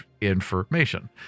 information